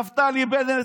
נפתלי בנט,